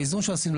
באיזון שעשינו,